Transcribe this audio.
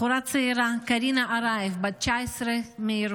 בחורה צעירה, קרינה ארייב, בת 19 מירושלים.